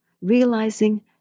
realizing